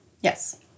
Yes